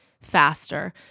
faster